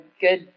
good